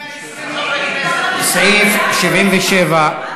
סעיף 77,